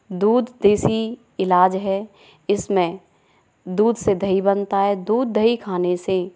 दूध देसी इलाज है इसमें दूध से दही बनता है दूध दही खाने से